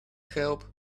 help